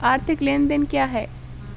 आर्थिक लेनदेन क्या है?